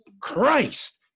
Christ